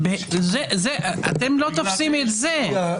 אפשר להתגבר על זה.